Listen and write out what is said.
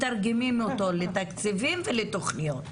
מתרגמים אותו לתקציבים ולתוכניות.